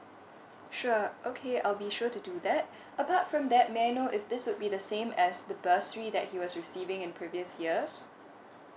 sure okay I'll be sure to do that apart from that may I know if this would be the same as the bursary that he was receiving in previous years